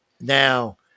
Now